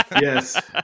Yes